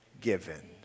given